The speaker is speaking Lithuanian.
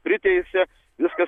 priteisė viskas